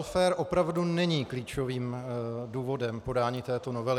Welfare opravdu není klíčovým důvodem podání této novely.